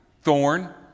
thorn